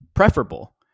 preferable